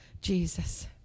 Jesus